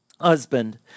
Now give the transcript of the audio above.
husband